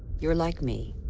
you're like me,